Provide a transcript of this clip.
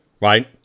right